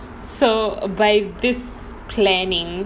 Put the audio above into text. so err by this planning